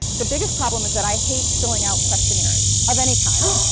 the biggest problem is that i hate filling out questionnaires of any kind,